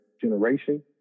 generation